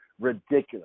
ridiculous